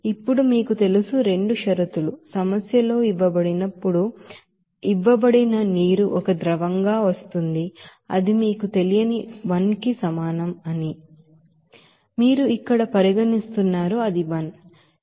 ఇప్పుడు మీకు తెలుసు రెండు షరతులు సమస్యలో ఇవ్వబడిన ప్పుడు ఇవ్వబడిన నీరు ఒక ద్రవంగా వస్తుంది అది మీకు తెలియని 1 కి సమానం అని మీకు తెలుసు మీరు ఇక్కడ పరిగణిస్తున్నారు అది 1